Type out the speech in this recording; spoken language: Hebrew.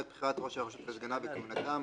(בחירת ראש הרשות וסגניו וכהונתם),